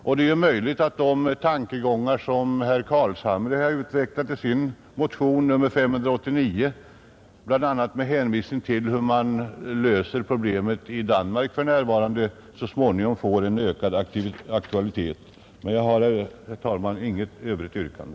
Och det är möjligt att de tankegångar som herr Carlshamre m.fl. har utvecklat i motionen 589, bl.a. med hänvisning till hur man löser problemet i Danmark för närvarande, så småningom får en ökad aktualitet. Jag har, herr talman, inget yrkande,